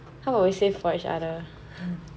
how about we save for each other